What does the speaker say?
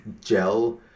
gel